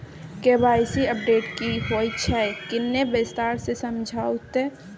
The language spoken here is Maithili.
के.वाई.सी अपडेट की होय छै किन्ने विस्तार से समझाऊ ते?